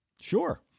Sure